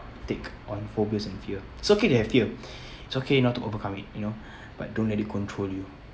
take on phobias and fear it's okay to have fear it's okay not to overcome it you know but don't let it control you